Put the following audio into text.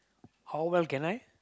how well can I